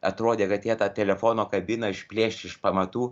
atrodė kad jie tą telefono kabiną išplėš iš pamatų